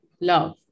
love